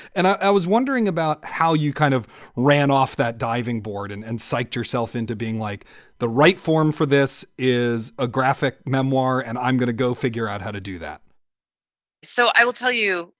and i was wondering about how you kind of ran off that diving board and and psyched yourself into being like the right form for this is a graphic memoir, and i'm gonna go figure out how to do that so i will tell you,